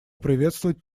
приветствовать